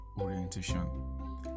orientation